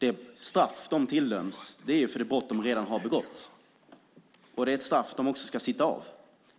fängelsetiden. Det straff brottslingar tilldöms är för det brott de redan har begått. Det är ett straff de också ska sitta av.